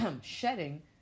shedding